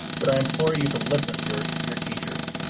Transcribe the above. but i implore you to listen to your your teachers.